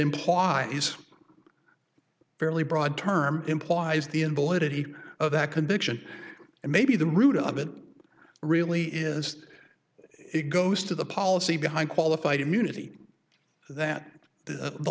imply he's a fairly broad term implies the invalidity of that conviction and maybe the root of it really is it goes to the policy behind qualified immunity that the